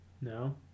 No